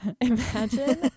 Imagine